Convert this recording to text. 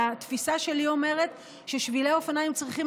והתפיסה שלי אומרת ששבילי אופניים צריכים